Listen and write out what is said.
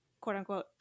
quote-unquote